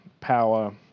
power